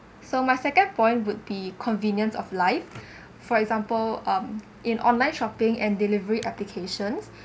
so my second point would be convenience of life for example um in online shopping and delivery applications